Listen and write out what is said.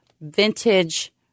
vintage